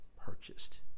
purchased